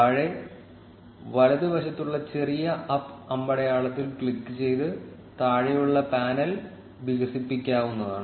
താഴെ വലതുവശത്തുള്ള ചെറിയ അപ്പ് അമ്പടയാളത്തിൽ ക്ലിക്കുചെയ്ത് താഴെയുള്ള പാനൽ വികസിപ്പിക്കാവുന്നതാണ്